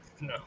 no